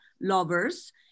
lovers